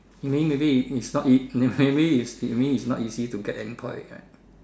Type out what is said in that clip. you mean maybe is not ea~ maybe is you mean is not easy to get any